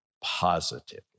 positively